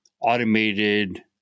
automated